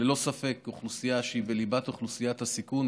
ללא ספק זו אוכלוסייה שהיא בליבת אוכלוסיית הסיכון,